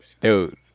dude